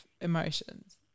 emotions